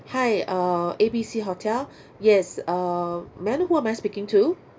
hi uh A_B_C hotel yes uh may I know who am I speaking to